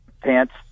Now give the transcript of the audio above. pants